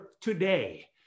today